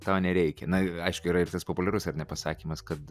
to nereikia na aišku yra ir tas populiarus ar ne pasakymas kad